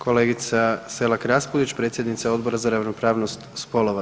Kolegica Selar Raspudić, predsjednica Odbora za ravnopravnost spolova.